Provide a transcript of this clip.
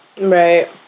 Right